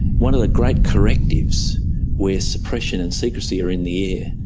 one of the great correctives where suppression and secrecy are in the air,